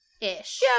Ish